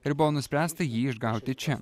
ir buvo nuspręsta jį išgauti čia